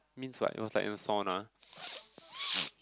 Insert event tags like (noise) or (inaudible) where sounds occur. means what it was like in a sauna (noise)